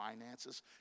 finances